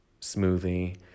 smoothie